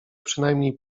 przynajmniej